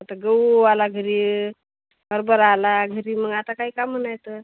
आता गहू आला घरी हरभरा आला घरी मग आता काही कामं नाहीत